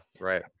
right